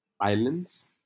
islands